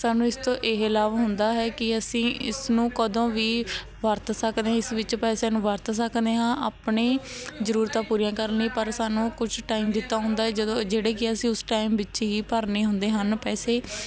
ਸਾਨੂੰ ਇਸ ਤੋਂ ਇਹ ਲਾਭ ਹੁੰਦਾ ਹੈ ਕਿ ਅਸੀਂ ਇਸਨੂੰ ਕਦੇ ਵੀ ਵਰਤ ਸਕਦੇ ਇਸ ਵਿੱਚ ਪੈਸਿਆਂ ਨੂੰ ਵਰਤ ਸਕਦੇ ਹਾਂ ਆਪਣੀਆਂ ਜ਼ਰੂਰਤਾਂ ਪੂਰੀਆਂ ਕਰਨ ਲਈ ਪਰ ਸਾਨੂੰ ਕੁਝ ਟਾਈਮ ਦਿੱਤਾ ਹੁੰਦਾ ਜਦੋਂ ਜਿਹੜੇ ਕਿ ਅਸੀਂ ਉਸ ਟਾਈਮ ਵਿੱਚ ਹੀ ਭਰਨੇ ਹੁੰਦੇ ਹਨ ਪੈਸੇ